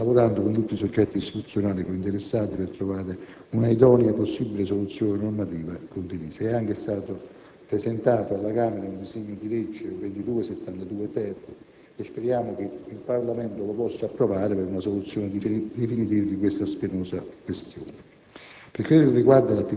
Per la TARSU si sta lavorando con tutti i soggetti istituzionali cointeressati per trovare un'idonea, possibile soluzione normativa condivisa. È anche stato presentato alla Camera il disegno di legge n. 2272-*ter*, che speriamo il Parlamento possa approvare per una soluzione definitiva di tale spinosa questione.